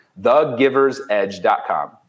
Thegiversedge.com